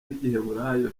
rw’igiheburayi